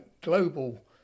global